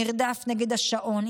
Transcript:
מרדף נגד השעון,